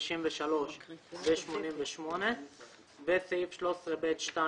453.88 (7)סעיף 13ב(2)